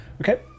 okay